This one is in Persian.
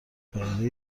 پدیده